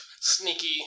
sneaky